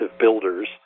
builders